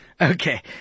Okay